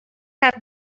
have